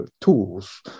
tools